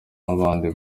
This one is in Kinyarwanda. n’abandi